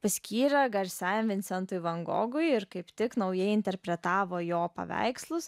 paskyrė garsiajam vincentui van gogui ir kaip tik naujai interpretavo jo paveikslus